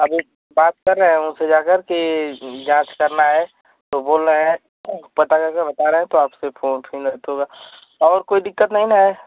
अभी बात कर रहे हैं उनसे जाकर कि जाँच करना है तो बोल रहे हैं पता करके बता रहे हैं तो आपसे फोन फिर तो होगा और कोई दिक़्क़त नहीं ना है